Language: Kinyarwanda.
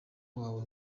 wawe